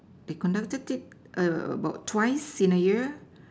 they conducted it err about twice in a year